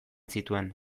zituen